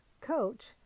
coach